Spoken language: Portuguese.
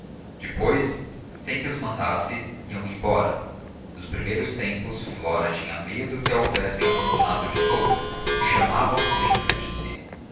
depois sem que os mandasse iam embora nos primeiros tempos flora tinha medo que a houvessem abandonado de todo e chamava os dentro de si